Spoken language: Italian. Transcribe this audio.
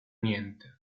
niente